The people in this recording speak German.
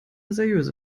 seriöse